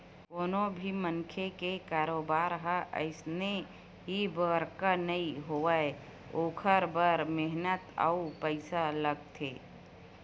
कोनो भी मनखे के कारोबार ह अइसने ही बड़का नइ होवय ओखर बर मेहनत अउ पइसा लागथे